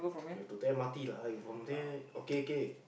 you have to take M_R_T lah !aiyo! from there okay okay